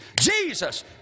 Jesus